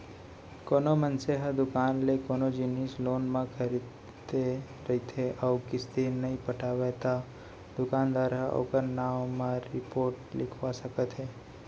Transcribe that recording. कोनो मनसे ह दुकान ले कोनो जिनिस लोन म खरीदे रथे अउ किस्ती नइ पटावय त दुकानदार ह ओखर नांव म रिपोट लिखवा सकत हे